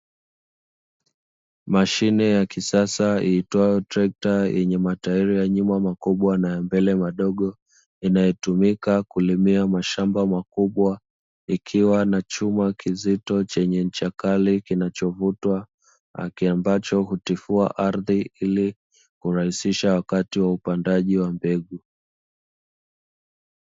Mashine ya kisasa iitwayo trekta yenye matairi ya nyuma makubwa na ya mbele madogo inayotumika kulimia mashamba makubwa, ikiwa na chuma kizito chenye ncha kali kinachovutwa aki ambacho hutifua ardhi ili kurahisisha wakati wa upandaji wa mbegu.